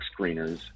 screeners